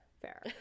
Fair